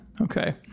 Okay